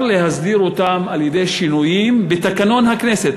שאפשר להסדיר אותם על-ידי שינויים בתקנון הכנסת.